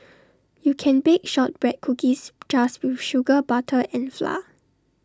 you can bake Shortbread Cookies just with sugar butter and flour